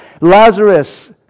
Lazarus